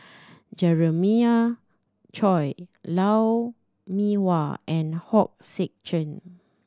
Jeremiah Choy Lou Mee Wah and Hong Sek Chern